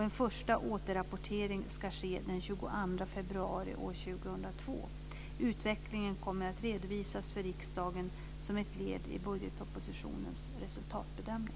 En första återrapportering ska ske den 22 februari år 2002. Utvecklingen kommer att redovisas för riksdagen som ett led i budgetpropositionens resultatbedömning.